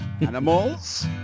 animals